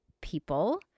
people